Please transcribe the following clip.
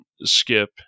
Skip